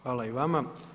Hvala i vama.